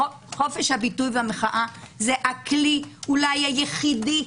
חופש הביטוי והמחאה הוא הכלי היחידי,